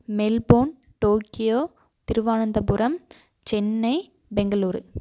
Melbourne Tokyo Thiruvananthapuram Chennai Bangalore